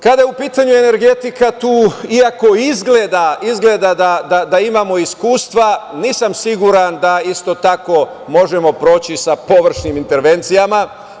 Kada je u pitanju energetika, iako izgleda da imamo iskustva, nisam siguran da isto tako možemo proći sa površnim intervencijama.